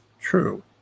true